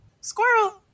Squirrel